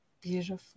Beautiful